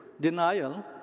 Denial